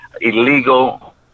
Illegal